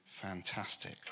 Fantastic